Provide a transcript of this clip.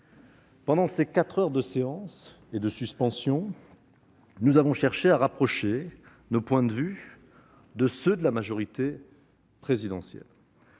Pendant quatre heures de réunion et de suspension, nous avons cherché à rapprocher nos points de vue de ceux de la majorité présidentielle.